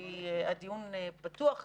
כי הדיון פתוח כיום,